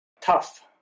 tough